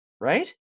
right